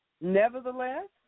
Nevertheless